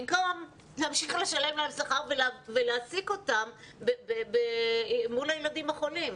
במקום להמשיך לשלם שכר ולהעסיק אותם מול הילדים החולים.